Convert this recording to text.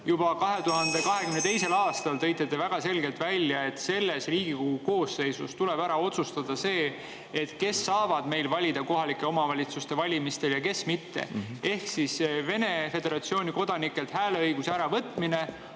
juba 2022. aastal tõite te väga selgelt välja, et selles Riigikogu koosseisus tuleb ära otsustada, kes saavad valida kohalike omavalitsuste valimistel ja kes mitte, ehk Vene föderatsiooni kodanikelt hääleõiguse äravõtmine,